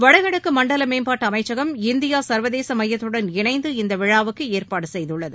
வடகிழக்கு மண்டல மேம்பாட்டு அமைச்சகம் இந்தியா சர்வதேச எமயத்தடன் இணைந்து இந்த விழாவுக்கு ஏற்பாடு செய்துள்ளது